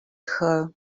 her